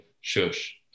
shush